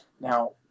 now